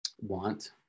Want